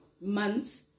months